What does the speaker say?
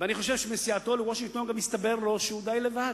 ואני חושב שבנסיעתו לוושינגטון גם הסתבר לו שהוא די לבד.